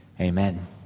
Amen